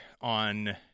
on